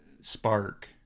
spark